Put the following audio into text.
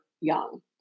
young